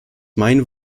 mein